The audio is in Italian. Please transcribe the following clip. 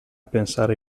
pensare